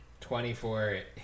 24